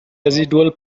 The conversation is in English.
residual